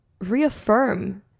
reaffirm